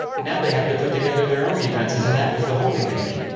now they have to put together their own defenses, and that was the holy league.